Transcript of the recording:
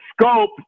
scope